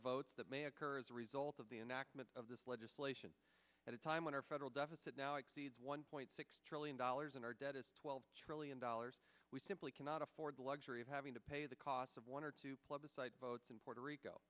votes that may occur as a result of the enactment of this legislation at a time when our federal deficit now exceeds one point six trillion dollars and our debt is twelve trillion dollars we simply cannot afford the luxury of having to pay the cost of one or two plebiscite votes in puerto rico